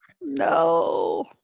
No